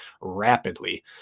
rapidly